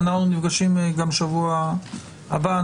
אנו נפגשים בשבוע הבא.